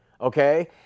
okay